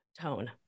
Tone